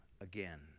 again